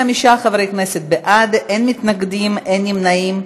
35 חברי כנסת בעד, אין מתנגדים, אין נמנעים.